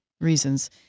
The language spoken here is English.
reasons